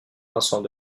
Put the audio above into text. vincent